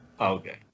Okay